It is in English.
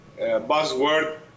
buzzword